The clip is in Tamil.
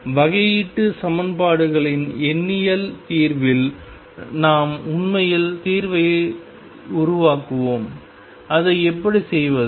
எனவே வகையீட்டு சமன்பாடுகளின் எண்ணியல் தீர்வில் நாம் உண்மையில் தீர்வை உருவாக்குகிறோம் அதை எப்படி செய்வது